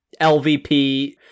LVP